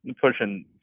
pushing